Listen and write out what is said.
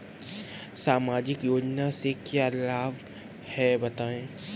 सामाजिक योजना से क्या क्या लाभ हैं बताएँ?